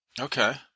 Okay